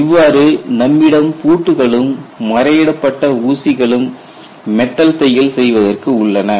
இவ்வாறு நம்மிடம் பூட்டுக்களும் மரையிடப்பட்ட ஊசிகளும் மெட்டல் தையல் செய்வதற்கு உள்ளன